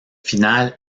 finale